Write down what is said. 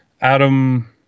adam